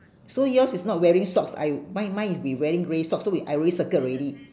so yours is not wearing socks I mine mine is we wearing grey socks so we I already circle already